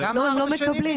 אני לא מזלזל.